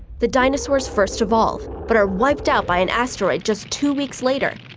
the dinosaurs first evolve but are wiped out by an asteroid just two weeks later.